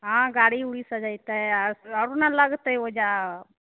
हँ गाड़ी उड़ी सजेतै आर ओना लगतै ओहिजा